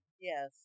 Yes